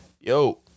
Yo